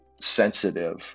sensitive